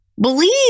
believe